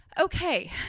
Okay